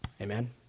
Amen